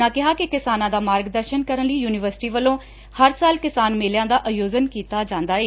ਉਨ੍ਹਾਂ ਕਿਹਾ ਕਿ ਕਿਸਾਨਾਂ ਦਾ ਮਾਰਗਦਰਸਨ ਕਰਨ ਲਈ ਯੁਨੀਵਰਸਿਟੀ ਵੱਲੋਂ ਹਰ ਸਾਲ ਕਿਸਾਨ ਮੇਲਿਆਂ ਦਾ ਆਯੋਜਨ ਕੀਤਾ ਜਾਂਦਾ ਏ